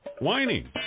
whining